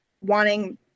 wanting